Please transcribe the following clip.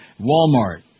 Walmart